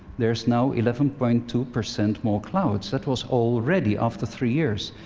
there's now eleven point two percent more clouds but so already, after three years.